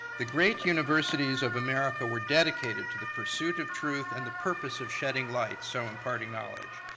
the great universities of america were dedicated to the pursuit of truth and the purpose of shedding light, so imparting knowledge.